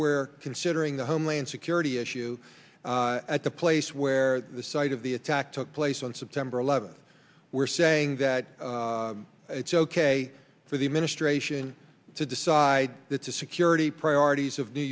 where considering the homeland security issue at the place where the site of the attack took place on september eleventh were saying that it's ok for the administration to decide that the security priorities of new